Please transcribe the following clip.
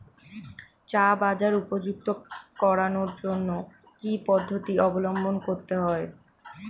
চা বাজার উপযুক্ত করানোর জন্য কি কি পদ্ধতি অবলম্বন করতে হয়?